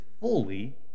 fully